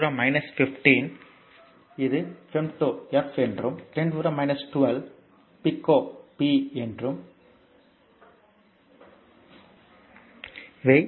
எனவே 1018 முதல் 10 18 வரை இவை உண்மையில் எஸ்ஐ ப்ரீபிக்ஸ்கள் இது பெருக்கப்படுவது இது ப்ரீபிக்ஸ் மற்றும் இவை சின்னங்கள்